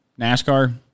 NASCAR